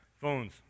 phones